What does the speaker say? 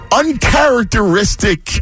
uncharacteristic